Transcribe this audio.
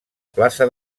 plaça